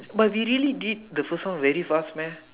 but we really did the first one very fast meh